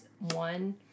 one